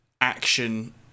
action